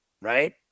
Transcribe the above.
right